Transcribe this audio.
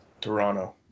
Toronto